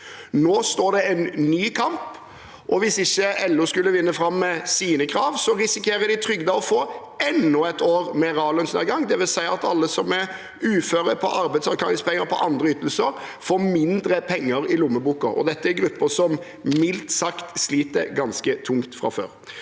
Nå står det en ny kamp, og hvis ikke LO skulle vinne fram med sine krav, risikerer de trygdede å få enda et år med reallønnsnedgang, dvs. at alle som er uføre, på arbeidsavklaringspenger, på andre ytelser, får mindre penger i lommeboka, og dette er en gruppe som mildt sagt sliter ganske tungt fra før.